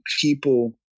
people